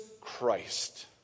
Christ